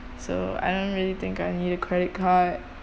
so I don't really think I need a credit card